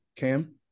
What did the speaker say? Cam